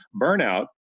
burnout